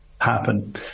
happen